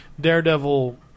Daredevil